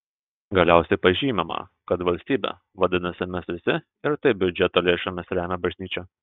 galiausiai pažymima kad valstybė vadinasi mes visi ir taip biudžeto lėšomis remia bažnyčią